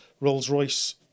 Rolls-Royce